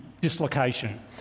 dislocation